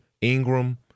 Ingram